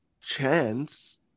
chance